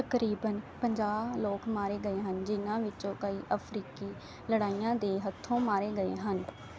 ਤਕਰੀਬਨ ਪੰਜਾਹ ਲੋਕ ਮਾਰੇ ਗਏ ਹਨ ਜਿਨ੍ਹਾਂ ਵਿੱਚੋਂ ਕਈ ਅਫ਼ਰੀਕੀ ਲੜਾਈਆਂ ਦੇ ਹੱਥੋਂ ਮਾਰੇ ਗਏ ਹਨ